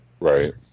Right